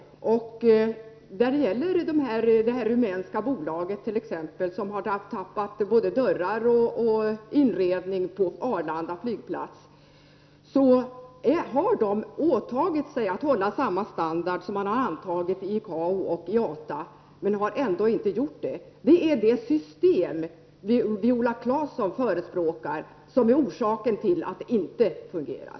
Det rumänska bolaget, som har tappat både dörrar och inredning på Arlanda flygplats, har åtagit sig att hålla samma standard som den ICAO och IATA har bestämt sig för att hålla, men bolaget har ändå inte gjort det. Det är det system Viola Claesson förespråkar som är orsaken till att det inte fungerar.